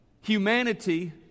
humanity